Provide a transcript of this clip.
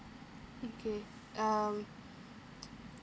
okay um